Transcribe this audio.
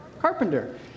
carpenter